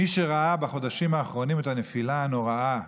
מי שראה בחודשים האחרונים את הנפילה הנוראה,